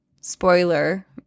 Spoiler